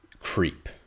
Creep